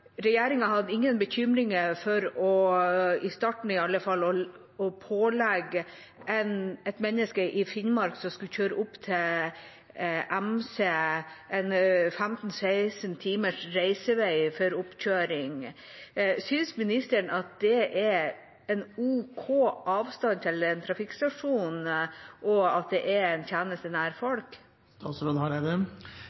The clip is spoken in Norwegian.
skulle kjøre opp til MC, 15–16 timers reisevei for oppkjøring. Synes ministeren at det er en ok avstand til en trafikkstasjon, og at det er en tjeneste nær